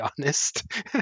honest